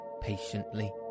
patiently